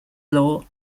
law